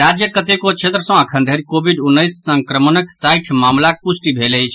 राज्यक कतेको क्षेत्र सँ अखनधरि कोविड उन्नैस संक्रमणक साठि मामिलाक पुष्टि भेल अछि